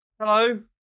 Hello